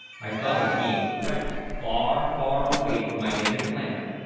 i thought of being wrecked far, far away from my native land,